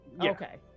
Okay